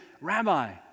rabbi